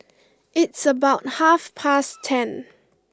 its about half past ten